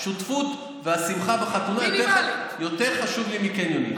השותפות והשמחה בחתונה יותר חשובים לי מקניונים.